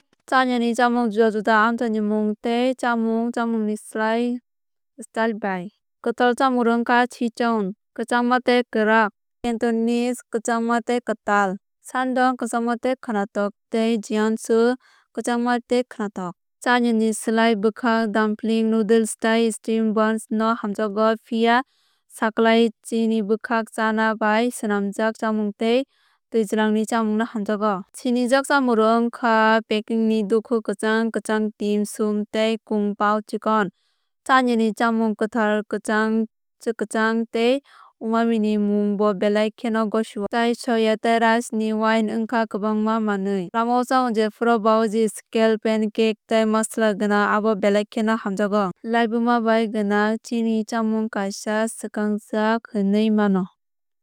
China ni chamung juda juda amchai ni mwng tei chámung chámung ni style bai. Kwtal chamungrok wngkha sichuan kwchangma tei kwrak cantonese kwchangma tei kwtal shandong kwchangma tei khwnathok tei jiangsu kwchangma tei khwnathok. Chinani slai bwkha dumpling noodles tei steamed buns no hamjakgo phiya sakhlai chini bwkhak chana bai swnamjak chamung tei twijlangni chamung no hamjakgo. Sinijak chamungrok wngkha pekingni dukhu kwchang kwchang dim sum tei kung pao chikon. Chinani chamung kwthar kwchang kwchang kwchang tei umami ni mung no belai kheno gosio. Chai soya tei rice ni wine wngkha kwbangma manwi. Lamao chámung jephru baozi skel pancake tei masala swrang abobo belai kheno hamjakgo. Laibuma bai gwnang chini chamung kaisa swkangjak hinwui mano.